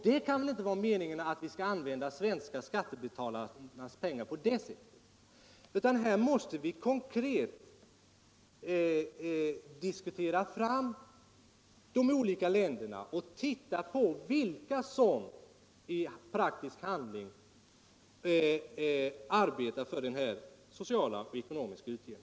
Det kan väl inte vara meningen att vi skall använda de svenska skattebetalarnas pengar på det sättet. Här måste vi konkret diskutera de olika länderna och titta på vilka som i praktisk handling arbetar för Internationellt utvecklingssamar den sociala och ekonomiska utjämningen.